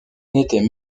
n’était